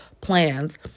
plans